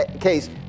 case